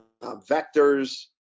vectors